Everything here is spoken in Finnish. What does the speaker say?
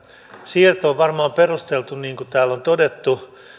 siirto on varmaan perusteltu niin kuin täällä on todettu